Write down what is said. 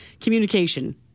Communication